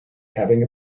having